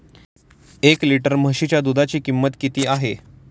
एक लिटर म्हशीच्या दुधाची किंमत किती आहे?